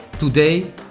Today